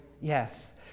yes